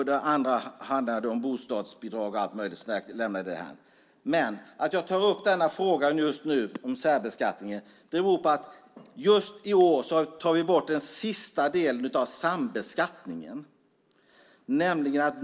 Det andra handlade om bostadsbidrag och allt möjligt, så det lämnar vi därhän. Men att jag tar upp frågan om särbeskattning nu beror på att vi just i år tar bort den sista delen av sambeskattningen.